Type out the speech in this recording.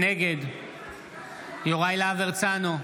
נגד יוראי להב הרצנו,